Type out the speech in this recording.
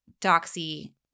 Doxy